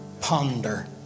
ponder